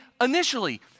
initially